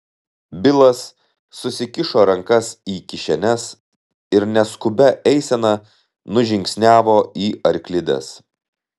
bilas susikišo rankas į kišenes ir neskubia eisena nužingsniavo į arklides